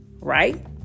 right